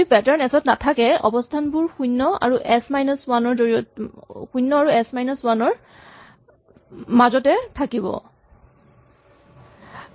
যদি pattern S ত নাথাকে অৱস্হানবোৰ শূণ্য আৰু এচ মাইনাছ ৱান ৰ মাজতে থাকিব নিশ্চয়